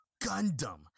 Gundam